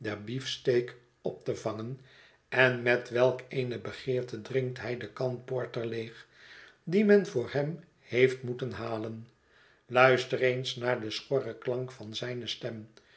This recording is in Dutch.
beefsteak op te vangen en met welk eene begeerte drinkt hij de kan porter ledig die men voor hem heeft moeten halen lulster eens naar den schorren klank van zijne stem